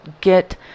get